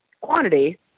quantity